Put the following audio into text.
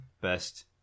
best –